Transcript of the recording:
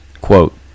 quote